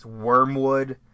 Wormwood